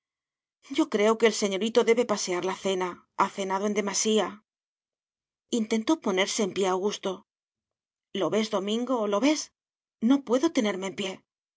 yo creo que el señorito debe pasear la cena ha cenado en demasía intentó ponerse en pie augusto lo ves domingo lo ves no puedo tenerme en pie